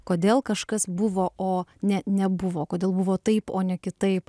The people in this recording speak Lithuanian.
kodėl kažkas buvo o ne nebuvo kodėl buvo taip o ne kitaip